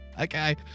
Okay